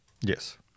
Yes